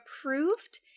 approved